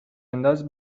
انداز